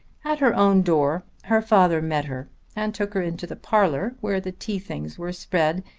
at her own door her father met her and took her into the parlour where the tea-things were spread,